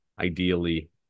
ideally